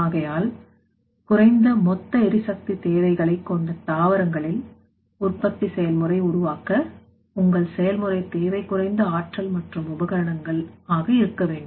ஆகையால் குறைந்த மொத்த எரிசக்தித் தேவைகளை கொண்ட தாவரங்களில் உற்பத்தி செயல்முறை உருவாக்க உங்கள் செயல்முறை தேவை குறைந்த ஆற்றல் மற்றும் உபகரணங்கள் ஆக இருக்க வேண்டும்